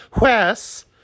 Wes